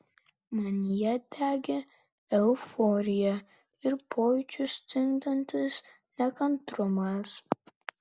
manyje degė euforija ir pojūčius stingdantis nekantrumas